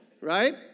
right